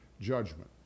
judgment